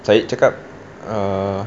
saya cakap uh